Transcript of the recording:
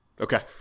Okay